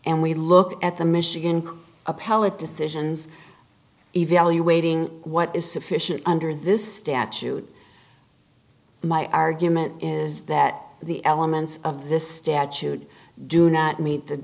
and we look at the michigan appellate decisions evaluating what is sufficient under this statute my argument is that the elements of this statute do not meet the